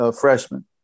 freshman